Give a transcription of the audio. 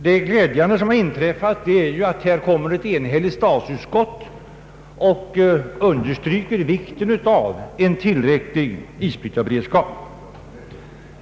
Det glädjande som har inträffat är att ett enhälligt statsutskott nu understryker vikten av en tillräcklig isbrytarberedskap.